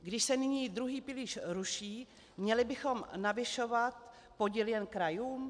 Když se nyní druhý pilíř ruší, měli bychom navyšovat podíl jen krajům?